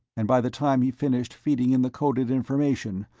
and by the time he finished feeding in the coded information,